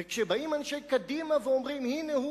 וכשבאים אנשי קדימה ואומרים: הנה,